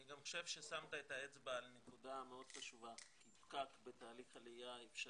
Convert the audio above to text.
אני גם חושב ששמת את האצבע על נקודה מאוד חשובה בתהליך העלייה האפשרי,